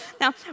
Now